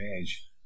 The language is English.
age